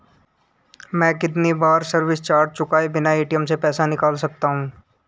मैं कितनी बार सर्विस चार्ज चुकाए बिना ए.टी.एम से पैसे निकाल सकता हूं?